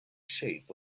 shape